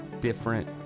different